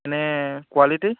এনেই কোৱালিটি